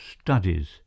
studies